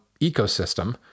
ecosystem